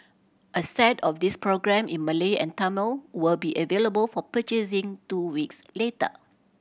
a set of these programmes in Malay and Tamil will be available for purchasing two weeks later